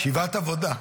ישיבת עבודה.